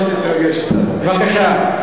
בבקשה.